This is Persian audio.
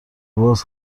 باز